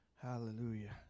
Hallelujah